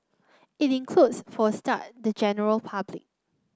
it includes for a start the general public